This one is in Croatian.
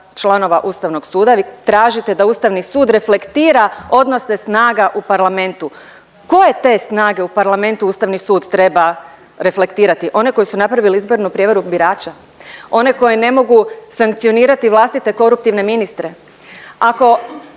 članova Ustavnog suda, vi tražite da Ustavni sud reflektira odnose snaga u parlamentu. Koje te snage u parlamentu Ustavni sud treba reflektirati? One koji su napravili izbornu prijevaru birača, one koje ne mogu sankcionirati vlastite koruptivne ministre.